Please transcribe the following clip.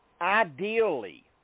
Ideally